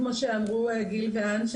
כמו שאמרו גיל ואן,